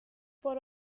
por